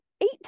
eight